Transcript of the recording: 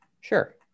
Sure